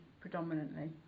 predominantly